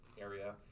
area